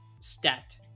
stat